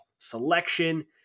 selection